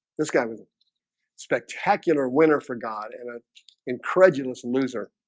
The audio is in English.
this guy was a spectacular winner for god and ah incredulous loser.